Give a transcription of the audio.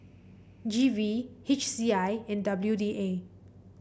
G V H C I and W D A